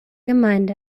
gemeinde